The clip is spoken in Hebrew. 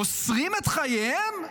מוסרים את חייהם?